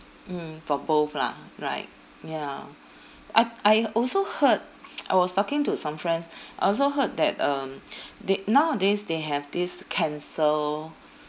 mm for both lah right ya I I also heard I was talking to some friends I also heard that um they nowadays they have this cancer